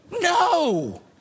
No